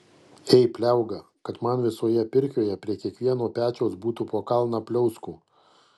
ei pliauga kad man visoje pirkioje prie kiekvieno pečiaus būtų po kalną pliauskų